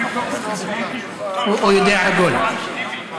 הוא יודע הכול.